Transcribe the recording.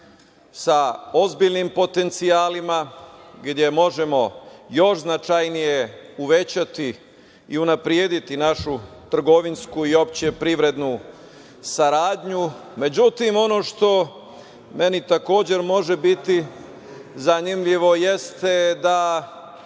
sa ozbiljnim potencijalima, gde možemo još značajnije uvećati i unaprediti našu trgovinsku i uopšte privrednu saradnju.Međutim, ono što meni takođe može biti zanimljivo jeste da